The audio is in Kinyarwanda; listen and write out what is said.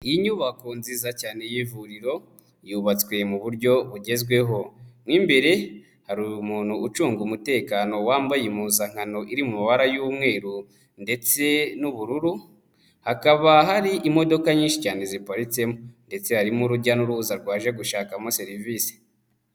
Inyubako nziza cyane y'ivuriro yubatswe mu buryo bugezweho, mu imbere hari umuntu ucunga umutekano wambaye impuzankano iri mubara y'umweru ndetse n'ubururu, hakaba hari imodoka nyinshi cyane ziparitsemo ndetse harimo urujya n'uruza rwaje gushakamo serivisi.